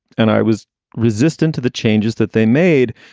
and i was resistant to the changes that they made.